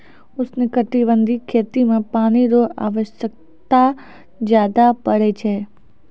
उष्णकटिबंधीय खेती मे पानी रो आवश्यकता ज्यादा पड़ै छै